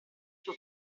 suo